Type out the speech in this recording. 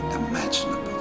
imaginable